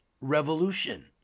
revolution